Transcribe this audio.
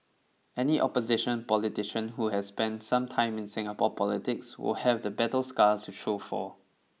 any opposition politician who has spent some time in Singapore politics will have the battle scars to show for